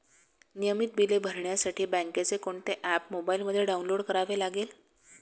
नियमित बिले भरण्यासाठी बँकेचे कोणते ऍप मोबाइलमध्ये डाऊनलोड करावे लागेल?